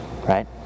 right